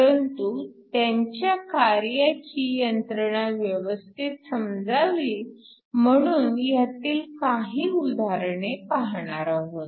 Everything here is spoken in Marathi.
परंतु त्यांच्या कार्याची यंत्रणा व्यवस्थित समजावी म्हणून ह्यातील काही उदाहरणे पाहणार आहोत